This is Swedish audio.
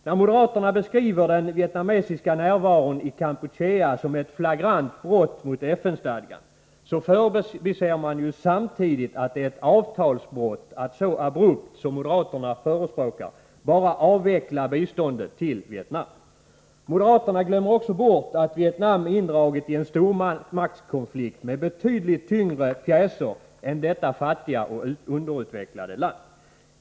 När moderaterna beskriver den vietnamesiska närvaron i Kampuchea som ett flagrant brott mot FN-stadgan, förbiser de samtidigt att det är ett avtalsbrott att så abrupt som moderaterna förespråkar bara avveckla biståndet till Vietnam. Moderaterna glömmer också bort att Vietnam är indraget i en stormaktskonflikt med betydligt tyngre pjäser än detta fattiga och underutvecklade land.